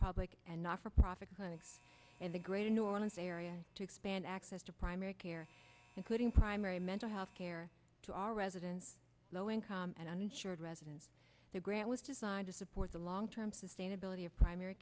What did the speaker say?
public and not for profit clinics in the greater new orleans area to expand access to primary care including primary mental health care to all residents low income and uninsured residents the grant was designed to support the long term sustainability of primary